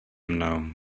mnou